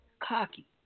cocky